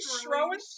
throwing